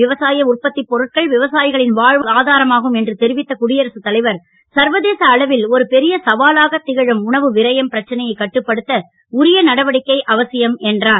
விவசாய உற்பத்திப் பொருட்கள் விவசாயிகளின் வாழ்வாதாரமாகும் என்று தெரிவித்த குடியரசுத் தலைவர் சர்வதேச அளவில் ஒரு பெரிய சவாலாகத் திகழும் உணவு விரயம் பிரச்சனையைக் கட்டுப்படுத்த உரிய நடவடிக்கை அவசியம் என்றார்